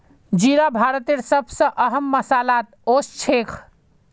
जीरा भारतेर सब स अहम मसालात ओसछेख